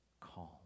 calm